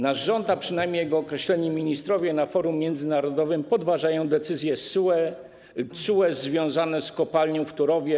Nasz rząd - przynajmniej jego określeni ministrowie - na forum międzynarodowym podważa decyzję TSUE związaną z kopalnią w Turowie.